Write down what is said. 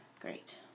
Great